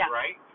right